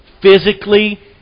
physically